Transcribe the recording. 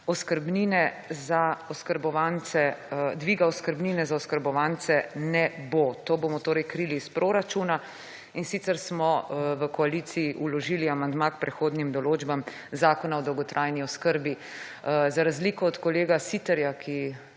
Oskrbnine za oskrbovance, dviga oskrbnine za oskrbovance ne bo. To bomo torej krili iz proračuna in sicer smo v koaliciji vložili amandma k prehodnim določbam Zakona o dolgotrajni oskrbi. Za razliko od kolega Siterja, ki